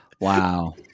Wow